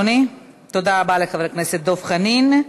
תודה רבה לחבר הכנסת דב חנין.